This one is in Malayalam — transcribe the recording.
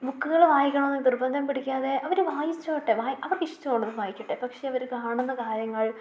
ബുക്കുകൾ വായിക്കേണമോയെന്ന് നിർബന്ധം പിടിക്കാതെ അവർ വായിച്ചോട്ടെ വായിച്ച് അവർ ഇഷ്ടമുള്ളത് വായിക്കട്ടെ പക്ഷേ അവർ കാണുന്ന കാര്യങ്ങൾ